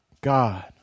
God